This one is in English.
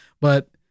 But-